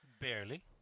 Barely